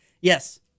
Yes